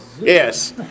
Yes